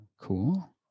Cool